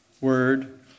word